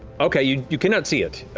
okay, you you cannot see it.